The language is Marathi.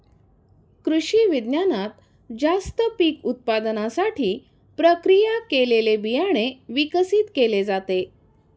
कृषिविज्ञानात जास्त पीक उत्पादनासाठी प्रक्रिया केलेले बियाणे विकसित केले जाते